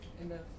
enough